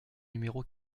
numéro